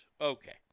Okay